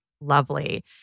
lovely